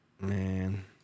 Man